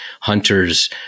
Hunters